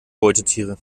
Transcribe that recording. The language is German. beutetiere